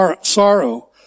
sorrow